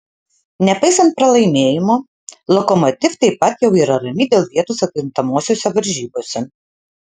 nepaisant pralaimėjimo lokomotiv taip pat jau yra rami dėl vietos atkrintamosiose varžybose